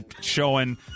showing